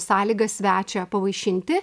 sąlyga svečią pavaišinti